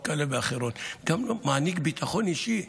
כאלה ואחרות וגם מעניק ביטחון אישי,